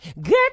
Good